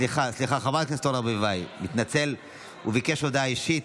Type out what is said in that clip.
של חבר הכנסת ארז מלול ושמחה רוטמן התקבלה בקריאה הטרומית,